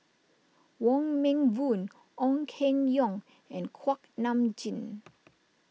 Wong Meng Voon Ong Keng Yong and Kuak Nam Jin